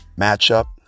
matchup